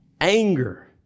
anger